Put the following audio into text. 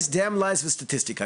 שקרים, שקרים ארורים וסטטיסטיקה.